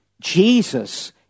Jesus